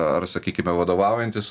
ar sakykime vadovaujantis